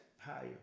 higher